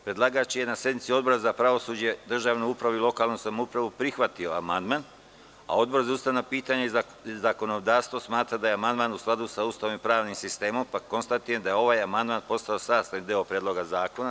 Predlagač je, na sednici Odbora za pravosuđe, državnu upravu i lokalnu samoupravu, prihvatio amandman, a Odbor za ustavna pitanja i zakonodavstvo smatra da je amandman u skladu sa Ustavom i pravnim sistemom, pa konstatujem da je ovaj amandman postao sastavni deo Predloga zakona.